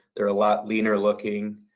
they're a lot leaner looking.